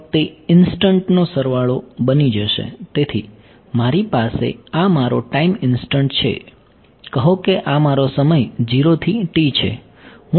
તે દરેક વખતે ઇન્સ્ટન્ટનો સરવાળો બની જશે તેથી મારી પાસે આ મારો ટાઈમ ઇન્સ્ટન્ટ છે કહો કે આ મારો સમય 0 થી t છે